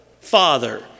father